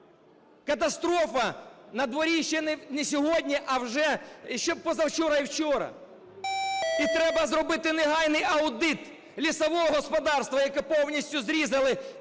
Катастрофа на дворі ще не сьогодні, а вже… ще позавчора і вчора. І треба зробити негайний аудит лісового господарства, яке повністю зрізали.